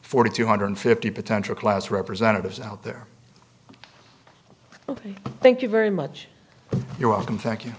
forty two hundred fifty potential class representatives out there thank you very much you're welcome thank you